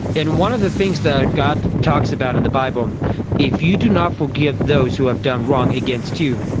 and one of the things that god talks about in the bible if you do not forgive those who have done wrong against you,